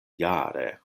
jare